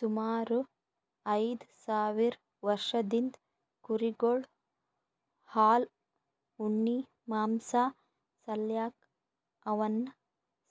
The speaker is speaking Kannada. ಸುಮಾರ್ ಐದ್ ಸಾವಿರ್ ವರ್ಷದಿಂದ್ ಕುರಿಗೊಳ್ ಹಾಲ್ ಉಣ್ಣಿ ಮಾಂಸಾ ಸಾಲ್ಯಾಕ್ ಅವನ್ನ್